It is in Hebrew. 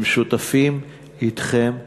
הם שותפים אתכם באופוזיציה.